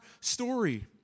story